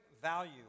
value